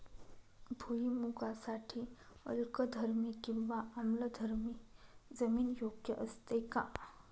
भुईमूगासाठी अल्कधर्मी किंवा आम्लधर्मी जमीन योग्य असते का?